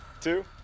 two